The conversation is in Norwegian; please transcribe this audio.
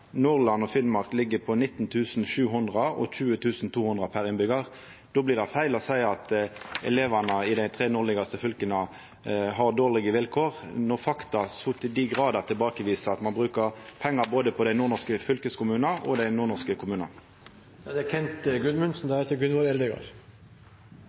Nordland og Finnmark ligg på 19 700 kr og 20 200 kr per innbyggjar. Då blir det feil å seia at elevane i dei tre nordlegaste fylka har dårlege vilkår – når fakta så til dei grader viser at ein brukar pengar både på dei nordnorske fylkeskommunane og på dei nordnorske kommunane.